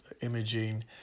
imaging